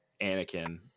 Anakin